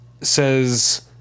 says